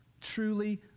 truly